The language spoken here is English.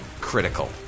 Critical